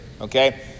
okay